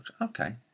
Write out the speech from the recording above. okay